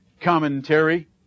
commentary